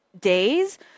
days